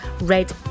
Red